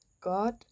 God